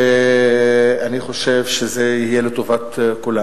ואני חושב שזה יהיה לטובת כולם.